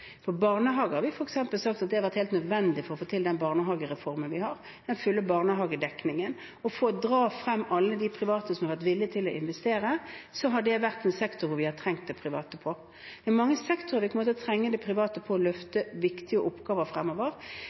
For barnehager f.eks. har vi sagt at det har vært helt nødvendig for å få til den barnehagereformen vi har, med full barnehagedekning, for å få private til å være villige til å investere. Så dette er en sektor der vi har trengt det private. Det er mange sektorer der vi kommer til å trenge det private når det gjelder å løfte viktige oppgaver fremover.